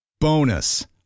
Bonus